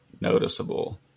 noticeable